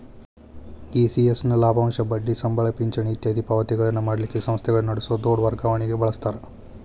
ECS ನ ಲಾಭಾಂಶ, ಬಡ್ಡಿ, ಸಂಬಳ, ಪಿಂಚಣಿ ಇತ್ಯಾದಿ ಪಾವತಿಗಳನ್ನ ಮಾಡಲಿಕ್ಕ ಸಂಸ್ಥೆಗಳ ನಡಸೊ ದೊಡ್ ವರ್ಗಾವಣಿಗೆ ಬಳಸ್ತಾರ